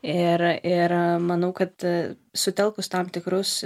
ir ir manau kad sutelkus tam tikrus